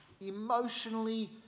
emotionally